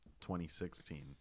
2016